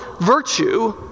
virtue